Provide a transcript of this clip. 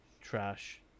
trash